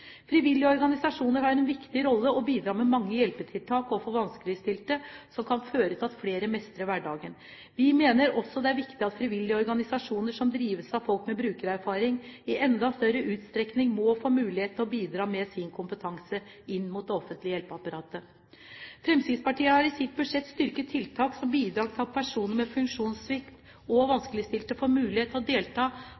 Frivillige organisasjoner har en viktig rolle og bidrar med mange hjelpetiltak overfor vanskeligstilte, som kan føre til at flere mestrer hverdagen. Vi mener også det er viktig at frivillige organisasjoner som drives av folk med brukererfaring, i enda større utstrekning må få mulighet til å bidra med sin kompetanse inn mot det offentlige hjelpeapparatet. Fremskrittspartiet har i sitt budsjett styrket tiltak som bidrar til at personer med funksjonssvikt og